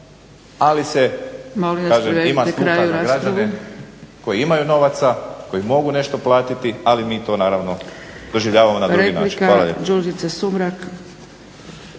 ali se ima sluha za građane koji imaju novaca, koji mogu nešto platiti ali mi to naravno doživljavamo na drugi način. Hvala